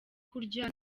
kurya